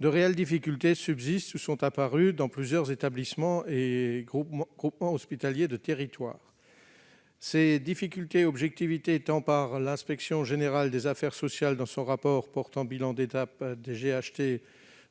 de réelles difficultés subsistent ou sont apparues dans plusieurs établissements et groupements hospitaliers de territoire. Ces difficultés, relevées tant par l'inspection générale des affaires sociales dans son rapport portant bilan d'étape des GHT